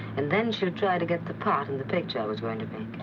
and then she'll try to get the part in the picture i was going to make.